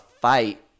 fight